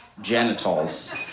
genitals